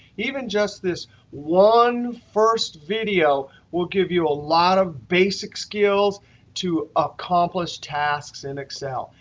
even just this one first video will give you a lot of basic skills to accomplish tasks in excel.